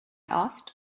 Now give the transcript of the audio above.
asked